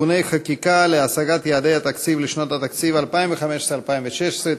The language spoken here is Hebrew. (תיקוני חקיקה להשגת יעדי התקציב לשנות התקציב 2015 ו-2016),